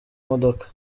modoka